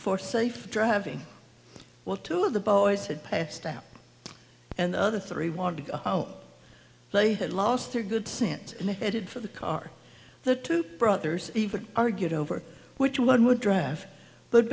for safe driving while two of the boys had passed out and the other three wanted to go out they had lost their good sense and they headed for the car the two brothers even argued over which one would dr